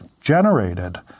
generated